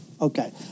Okay